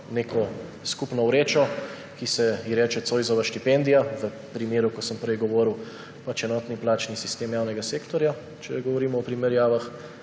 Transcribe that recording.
neko skupno vrečo, ki se ji reče Zoisova štipendija, v primeru, kot sem prej govoril, enotni plačni sistem javnega sektorja, če govorimo o primerjavah,